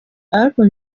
ariko